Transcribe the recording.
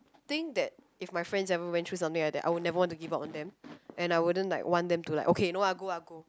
think that if my friends ever went through something like that I would never want to give up on them and I wouldn't like want them to like okay no lah go lah go